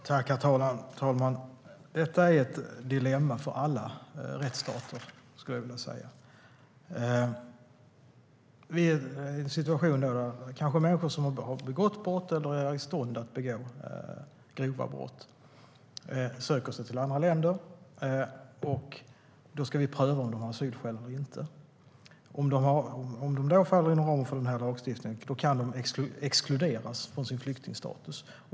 Herr talman! Detta är ett dilemma för alla rättsstater, skulle jag vilja säga. Vi är i en situation där människor som har begått brott eller är i stånd att begå grova brott söker sig till andra länder. Då ska vi pröva om de har asylskäl eller inte. Om de då faller inom ramen för lagstiftningen kan de exkluderas från sin flyktingstatus.